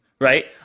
right